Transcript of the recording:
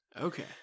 Okay